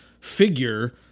figure